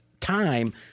time